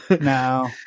No